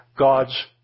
God's